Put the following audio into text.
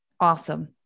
Awesome